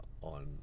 on